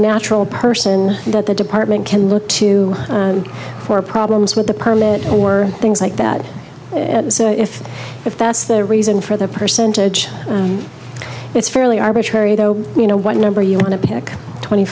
natural person that the department can look to for problems with the permit or things like that so if if that's their reason for their percentage it's fairly arbitrary though you know what number you want to pick twenty